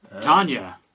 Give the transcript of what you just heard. Tanya